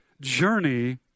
journey